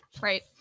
right